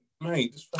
mate